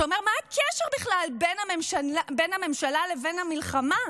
שאומר: מה הקשר בכלל בין הממשלה לבין המלחמה?